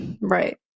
right